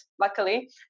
luckily